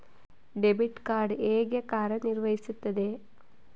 Debit card ಹೇಗೆ ಕಾರ್ಯನಿರ್ವಹಿಸುತ್ತದೆ?